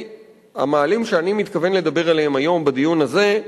המאהלים שאני מתכוון לדבר עליהם היום בדיון הזה,